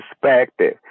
perspective